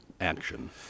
action